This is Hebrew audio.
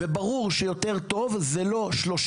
וברור שיותר טוב זה לא 30,